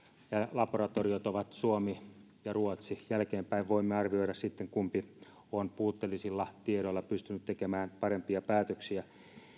laboratoriot ovat suomi ja ruotsi jälkeenpäin voimme arvioida sitten kumpi on puutteellisilla tiedoilla pystynyt tekemään parempia päätöksiä